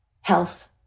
health